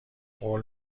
قول